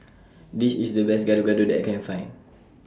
This IS The Best Gado Gado that I Can Find